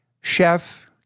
chef